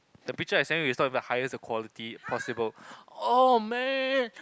the picture I send you is not even a highest quality possible oh man